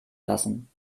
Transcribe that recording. lassen